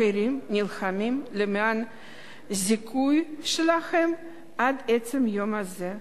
אחרים נלחמים למען הזיכוי שלהם עד עצם היום הזה.